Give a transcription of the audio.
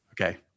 Okay